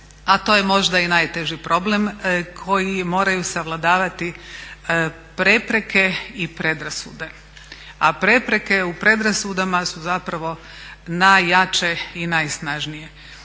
a to je možda i najteži problem, koji moraju savladavati prepreke i predrasude. A prepreke u predrasudama su zapravo najjače i najsnažnije.